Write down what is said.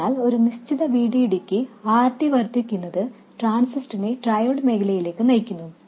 അതിനാൽ ഒരു നിശ്ചിത VDD ക്ക് RD വർദ്ധിപ്പിക്കുന്നത് ട്രാൻസിസ്റ്ററിനെ ട്രയോഡ് മേഖലയിലേക്ക് നയിക്കുന്നു